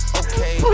okay